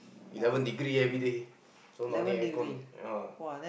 eleven degree everyday so no need air con you know ah